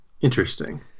Interesting